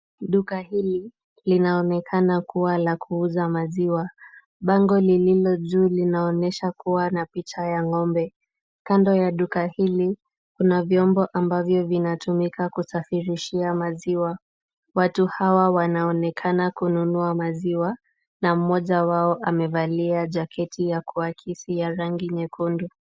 Duka hili linaonekana kuwa la kuuza maziwa. Bango lililo juu linaonyesha kuwa na picha ya ng'ombe. Kando ya duka hili tuna vyombo ambavyo vinatumika kusafirishia maziwa. Watu hawa wanaonekana kununua maziwa na mmoja wao amevalia jaketi ya kuakisi ya rangi nyekundu.